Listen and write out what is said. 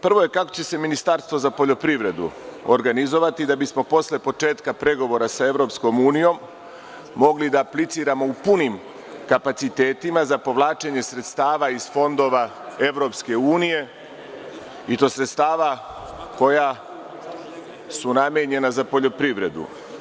Prvo – kako će se Ministarstvo za poljoprivredu organizovati da bismo posle početka pregovora sa EU mogli da apliciramo u punim kapacitetima za povlačenje sredstava iz fondova EU i to sredstava koja su namenjena za poljoprivredu?